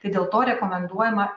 tai dėl to rekomenduojama